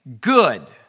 good